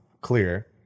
clear